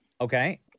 Okay